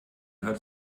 hört